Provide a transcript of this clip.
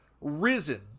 risen